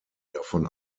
davon